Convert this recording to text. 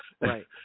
Right